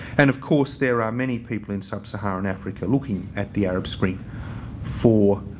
and, of course, there are many people in sub-saharan africa looking at the arab spring for